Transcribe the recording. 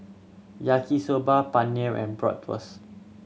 Yaki Soba Paneer and Bratwurst